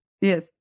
Yes